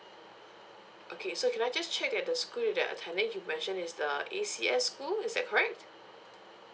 okay so can I just check that the school that they're attending you mentioned is the A_C_S school is that correct